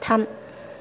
थाम